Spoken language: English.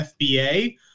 FBA